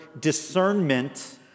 discernment